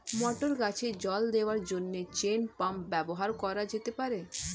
মটর গাছে জল দেওয়ার জন্য চেইন পাম্প ব্যবহার করা যেতে পার?